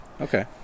Okay